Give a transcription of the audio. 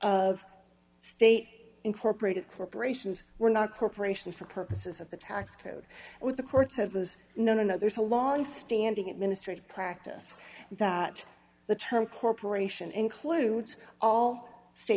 of state incorporated corporations were not corporations for purposes of the tax code what the court said was no no there's a longstanding administrate practice that the term corporation includes all sta